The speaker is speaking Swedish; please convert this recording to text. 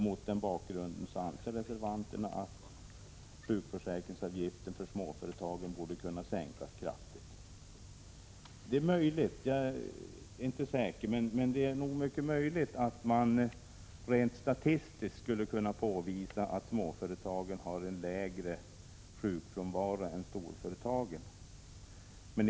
Mot den bakgrunden anser reservanterna att sjukförsäkringsavgiften för småföretagen borde kunna sänkas kraftigt. Jag är inte säker, men det är möjligt att man rent statistiskt skulle kunna påvisa att småföretagen har en lägre sjukfrånvaro än storföretagen.